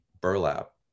burlap